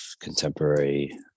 contemporary